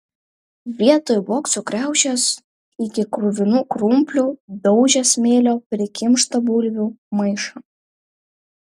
vietoj bokso kriaušės iki kruvinų krumplių daužė smėlio prikimštą bulvių maišą